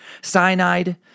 cyanide